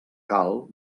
cal